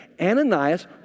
Ananias